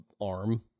arm